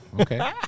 Okay